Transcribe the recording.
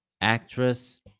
actress